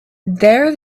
there